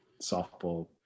softball